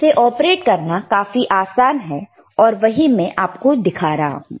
इसे ऑपरेट करना काफी आसान है और वही मैं आपको दिखा रहा हूं